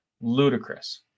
ludicrous